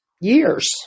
years